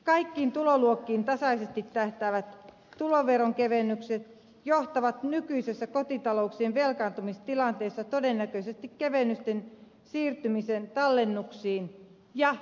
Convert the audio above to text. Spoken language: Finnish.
kaikkiin tuloluokkiin tasaisesti tähtäävät tuloveronkevennykset johtavat nykyisessä kotitalouksien velkaantumistilanteessa todennäköisesti kevennysten siirtymiseen tallennuksiin ja velanmaksuun